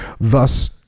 Thus